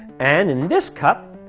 and in this cup,